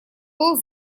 был